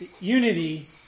Unity